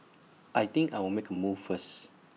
I think I'll make A move first